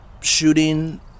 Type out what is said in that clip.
shooting